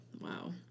Wow